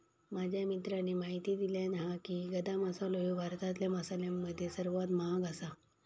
माझ्या मित्राने म्हायती दिल्यानं हा की, गदा मसालो ह्यो भारतातल्या मसाल्यांमध्ये सर्वात महाग आसा